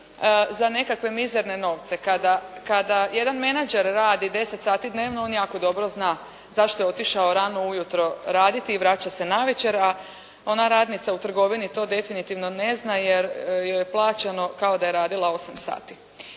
za nekakve mizerne novce. Kada jedan menadžer radi 10 sati dnevno, on jako dobro zna zašto je otišao rano ujutro raditi i vraća se navečer, a ona radnica u trgovini to definitivno ne zna, jer joj je plaćeno kao da je radila 8 sati.